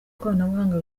ikoranabuhanga